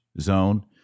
zone